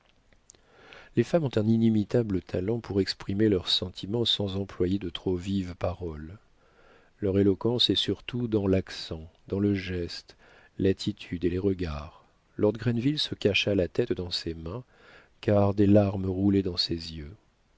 les femmes ont un inimitable talent pour exprimer leurs sentiments sans employer de trop vives paroles leur éloquence est surtout dans l'accent dans le geste l'attitude et les regards lord grenville se cacha la tête dans ses mains car des larmes roulaient dans ses yeux